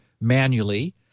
manually